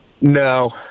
No